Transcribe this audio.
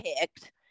picked